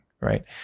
right